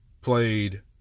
played